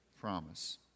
promise